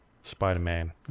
spider-man